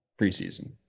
Preseason